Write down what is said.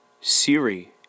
Siri